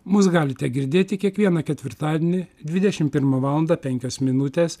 mus galite girdėti kiekvieną ketvirtadienį dvidešim pirmą valandą penkios minutės